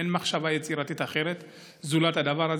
אין מחשבה יצירתית אחרת זולת הדבר הזה,